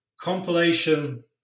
compilation